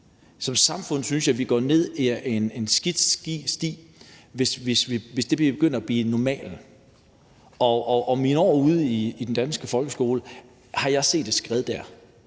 Som samfund synes jeg at vi går ned ad en skidt sti, hvis det begynder at blive normalen. I mine år ude i den danske folkeskole har jeg set et skred, hvor